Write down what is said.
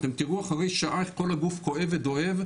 אתם תראו אחרי שעה איך כל הגוף כואב ודואב.